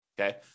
Okay